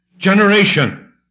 Generation